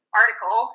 article